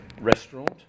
restaurant